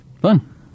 Fun